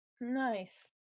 Nice